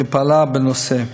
שפעלה בנושא.